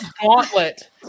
gauntlet